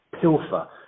pilfer